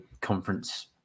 conference